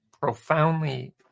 profoundly